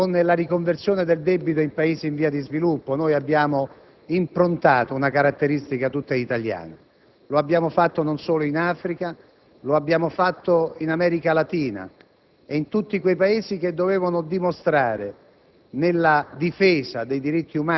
Con l'azzeramento del debito, con la riconversione del debito dei Paesi in via di sviluppo, noi abbiamo improntato una caratteristica tutta italiana. Lo abbiamo fatto non solo in Africa, ma anche in America Latina e in altri Paesi dimostrando,